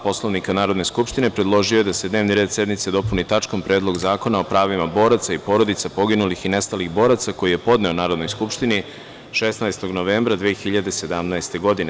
Poslovnika Narodne skupštine, predložio je da se dnevni red sednice dopuni tačkom – Predlog zakona o pravima boraca i porodica poginulih i nestalih boraca, koji je podneo Narodnoj skupštini 16. novembra 2017. godine.